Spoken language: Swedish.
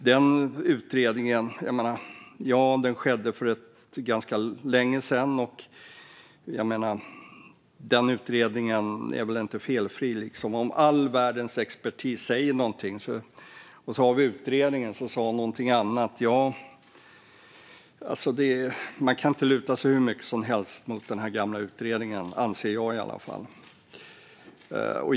Den utredningen gjordes för länge sedan, och den är väl inte felfri. Om all världens expertis säger något och utredningen säger något annat, ja, då kan man inte luta sig hur mycket som helst mot den gamla utredningen - anser jag, i alla fall.